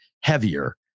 heavier